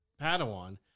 Padawan